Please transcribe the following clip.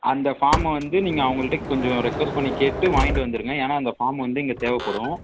அந்த ஃபார்மை வந்து நீங்கள் அவுங்கள்ட்ட கொஞ்சம் ரெக்குவஸ்ட் பண்ணி கேட்டு வாங்கிட்டு வந்துடுங்க ஏன்னா அந்த ஃபார்ம் வந்து இங்கே தேவைப்படும்